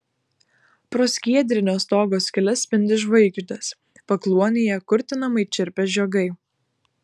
pro skiedrinio stogo skyles spindi žvaigždės pakluonėje kurtinamai čirpia žiogai